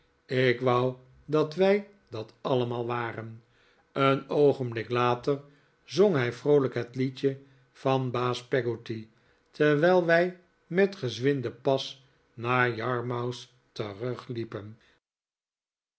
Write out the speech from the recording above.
ik wou dat wij dat allemaal waren een oogenblik later zong hij vroolijk het liedje van baas peggotty terwijl wij met gezwinden pas naar yarmouth